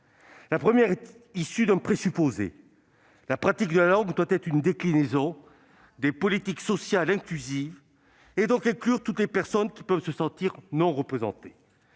La première est issue d'un présupposé : la pratique de la langue doit être une déclinaison des politiques sociales inclusives, donc inclure toutes les personnes qui peuvent se sentir non représentées.